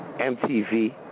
MTV